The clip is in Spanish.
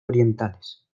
orientales